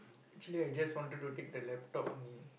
actually I just want to go take the laptop only